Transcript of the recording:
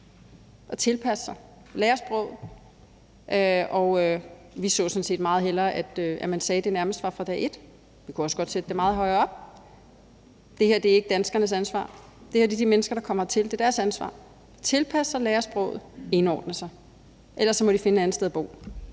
at tilpasse sig og lære sproget. Vi så sådan set meget hellere, at man sagde det nærmest fra dag et. Vi kunne også godt sætte det meget højere op. Det her er ikke danskernes ansvar. Det er de mennesker, der kommer hertil, der har ansvaret. Det er deres ansvar at tilpasse sig, lære sproget og indordne sig. Ellers må de finde et andet sted og bo,